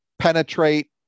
penetrate